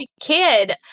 kid